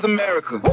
America